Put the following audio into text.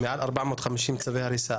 מעל 450 צווי הריסה,